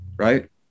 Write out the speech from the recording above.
Right